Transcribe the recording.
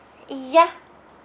ya